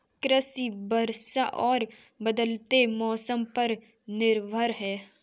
कृषि वर्षा और बदलते मौसम पर निर्भर है